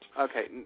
Okay